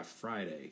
Friday